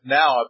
now